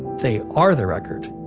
they are the record